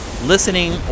Listening